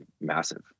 massive